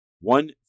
one